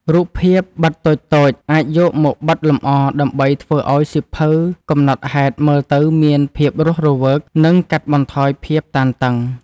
រូបភាពបិតតូចៗ អាចយកមកបិទលម្អដើម្បីធ្វើឱ្យសៀវភៅកំណត់ហេតុមើលទៅមានភាពរស់រវើក និងកាត់បន្ថយភាពតានតឹង។